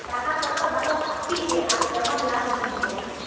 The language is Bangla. টাকা কত ভালো থাকতিছে আর কেমন লাভ হতিছে